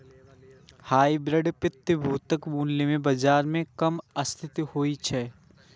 hybrid प्रतिभूतिक मूल्य मे बाजार मे कम अस्थिरता होइ छै